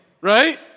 right